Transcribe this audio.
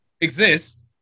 exist